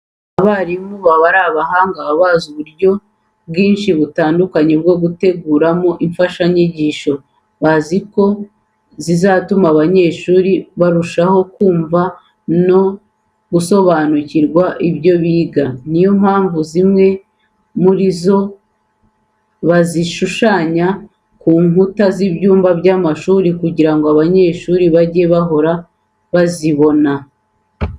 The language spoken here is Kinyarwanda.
Abarimu b'abahanga baba bazi uburyo bwinshi butandukanye bwo guteguramo imfashanyigisho bazi ko zizatuma abanyeshuri barushaho kumva no gusobanukirwa ibyo biga. Niyo mpamvu zimwe muri zo bazishushanya ku nkuta z'ibyumba by'amashuri kugira ngo abanyeshuri bajye bahora bazibona.